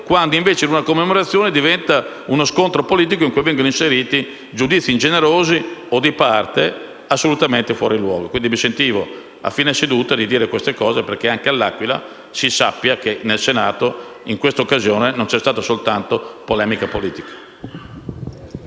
quando una commemorazione diventa uno scontro politico, in cui vengono inseriti giudizi ingenerosi o di parte, assolutamente fuori luogo. Ho ritenuto di dover intervenire a fine seduta per dire queste cose, affinché anche a L'Aquila si sappia che nel Senato, in questa occasione, non c'è stata soltanto polemica politica.